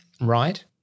right